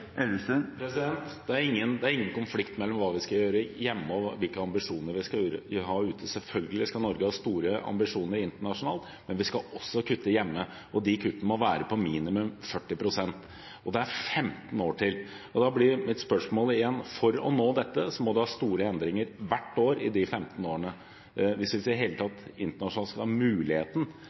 Det er ingen konflikt mellom hva vi skal gjøre hjemme, og hvilke ambisjoner vi skal ha ute. Selvfølgelig skal Norge ha store ambisjoner internasjonalt, men vi skal også kutte hjemme, og de kuttene må være på minimum 40 pst. Det er 15 år til. For å nå dette må det store endringer til hvert år i disse 15 årene – hvis vi i det hele tatt skal ha muligheten